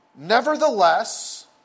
Nevertheless